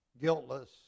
guiltless